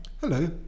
hello